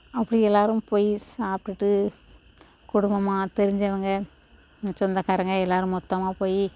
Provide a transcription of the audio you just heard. அப்படி எல்லோரும் போய் சாப்பிடுட்டு குடும்பமாக தெரிஞ்சவங்க சொந்தக்காரவங்க எல்லோரும் மொத்தமாக போய்